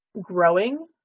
growing